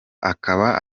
akaba